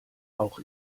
auch